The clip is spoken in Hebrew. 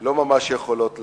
לא ממש יכולות להזיק,